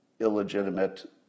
illegitimate